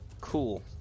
Cool